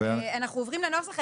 אנחנו עוברים לנוסח.